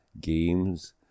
games